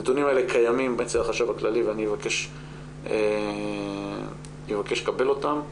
הנתונים האלה קיימים אצל החשב הכללי ואני אבקש לקבל אותם.